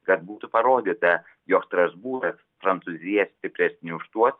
kad būtų parodyta jog strasbūras prancūzija stipresni už tuos